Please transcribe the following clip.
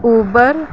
Uber